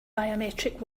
biometric